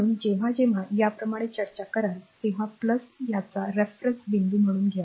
म्हणून जेव्हा जेव्हा याप्रमाणे चर्चा कराल तेव्हा त्यांचा referenceसंदर्भ बिंदू म्हणून घ्या